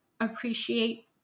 appreciate